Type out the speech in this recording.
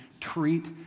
treat